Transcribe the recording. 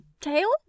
tail